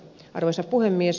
arvoisa puhemies